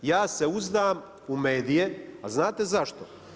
Ja se uzdam u medije, a znate zašto?